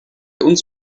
uns